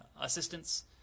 assistance